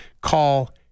Call